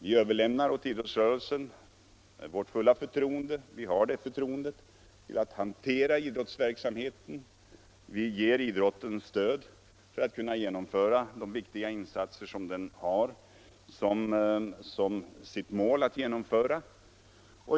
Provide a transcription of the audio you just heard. Vi överlämnar åt idrottsrörelsen med fullt förtroende att hantera idrottsverksamheten. Vi ger idrotten stöd för de viktiga insatser som idrotten har som sitt mål att genomföra.